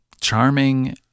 charming